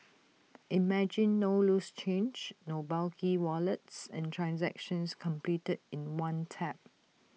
imagine no loose change no bulky wallets and transactions completed in one tap